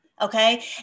okay